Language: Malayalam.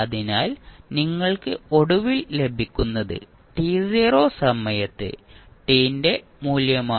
അതിനാൽ നിങ്ങൾക്ക് ഒടുവിൽ ലഭിക്കുന്നത് സമയത്ത് f ന്റെ മൂല്യമാണ്